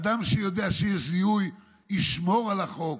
אדם שיודע שיש זיהוי ישמור על החוק.